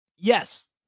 Yes